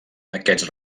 aquests